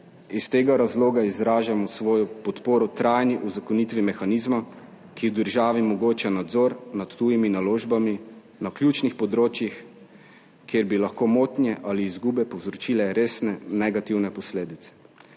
Iz tega razloga izražamo svojo podporo trajni uzakonitvi mehanizma, ki v državi omogoča nadzor nad tujimi naložbami na ključnih področjih, kjer bi lahko motnje ali izgube povzročile resne negativne posledice.